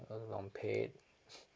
earn on paid